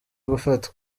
gufatwa